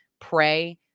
pray